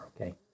okay